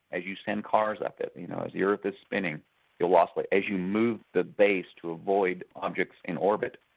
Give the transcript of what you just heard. as you send cars up it. you know as the earth is spinning it will oscillate. as you move the base to avoid objects in orbit,